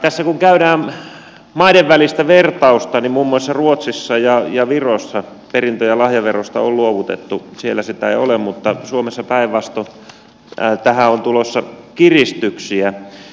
tässä kun käydään maiden välistä vertailua niin muun muassa ruotsissa ja virossa ja perintö ja lahjaverosta on luovuttu siellä sitä ei ole mutta suomessa päinvastoin tähän on tulossa kiristyksiä